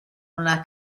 una